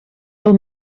del